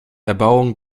erbauung